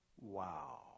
Wow